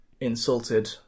insulted